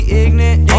ignorant